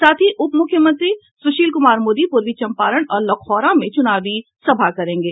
साथ ही उप मुख्यमंत्री सुशील कुमार मोदी पूर्वी चंपारण और लखौरा में चुनावी सभा करेंगे